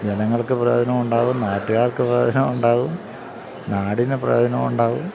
ജനങ്ങൾക്ക് പ്രയോജനമുണ്ടാകും നാട്ടുകാർക്ക് പ്രയോജനമുണ്ടാകും നാടിന് പ്രയോജനമുണ്ടാകും